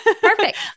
Perfect